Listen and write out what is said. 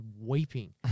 weeping